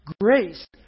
Grace